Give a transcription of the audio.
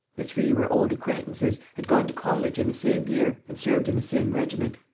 the three were old acquaintances, had gone to college in the same year and served in the same regiment.